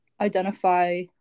identify